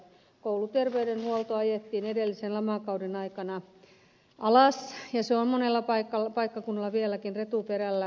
kouluterveydenhuolto ajettiin edellisen lamakauden aikana alas ja se on monella paikkakunnalla vieläkin retuperällä